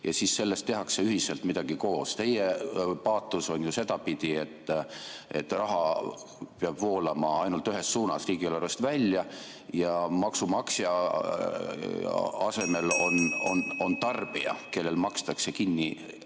ja sellest tehakse midagi ühiselt koos. Teie paatos on ju sedapidi, et raha peab voolama ainult ühes suunas – riigieelarvest välja ja maksumaksja asemel on tarbija, kelle arveid kinni